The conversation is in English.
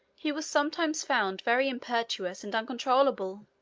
he was sometimes found very impetuous and uncontrollable.